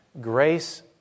grace